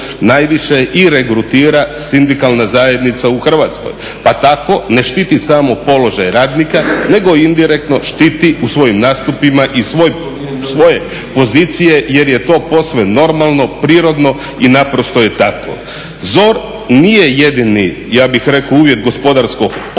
najviše i regrutira sindikalna zajednica u Hrvatskoj. Pa tako ne štiti samo položaj radnika, nego indirektno štiti u svojim nastupima i svoje pozicije jer je to posve normalno, prirodno i naprosto je tako. ZOR nije jedini uvjet gospodarskog opravka,